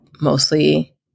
mostly